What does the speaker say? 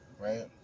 Right